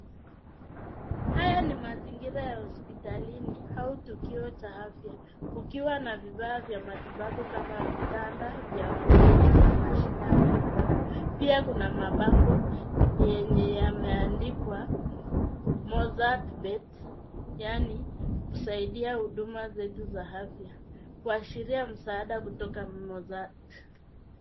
Haya ni mazingira ya hospitalini au tukio cha afya kukiwa na vifaa vya matibabu kama vitanda vya wagonjwa na mashine ya matibabu. Pia kuna mabango yenye yameandikwa Mozzart Bet, yaani kusaidia huduma zetu za afya, kuashiria msaada kutoka Mozzart.